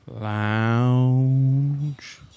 Lounge